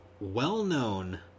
well-known